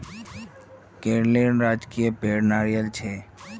केरलेर राजकीय पेड़ नारियल छे